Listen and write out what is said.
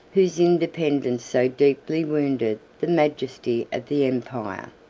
whose independence so deeply wounded the majesty of the empire.